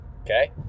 Okay